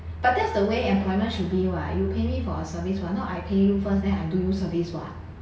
but that's the way employment should be [what] you pay me for a service what not I pay you first then I do you service [what]